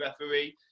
referee